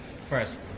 first